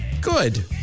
Good